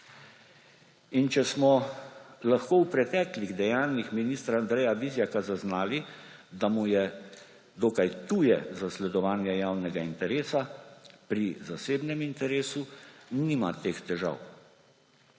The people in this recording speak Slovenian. In če smo lahko v preteklih dejanjih ministra Andreja Vizjaka zaznali, da mu je dokaj tuje zasledovanje javnega interesa, pri zasebnem interesu nima teh težav.